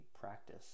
practice